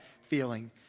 feeling